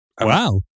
Wow